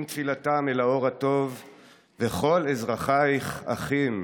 תפילתם אל האור הטוב / וכל אזרחייך אחים.